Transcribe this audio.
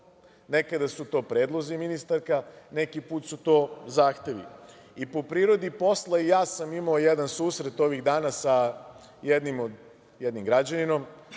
Nekada su to predlozi ministarka, neki put su to zahtevi. I po prirodi posla i ja sam imao jedan susret ovih dana sa jednim građaninom